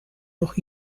noch